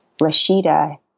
Rashida